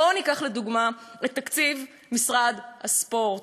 בואו ניקח לדוגמה את תקציב משרד הספורט.